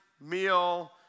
meal